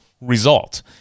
result